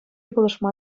пулӑшма